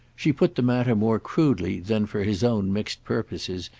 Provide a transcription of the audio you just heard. she put the matter more crudely than, for his own mixed purposes,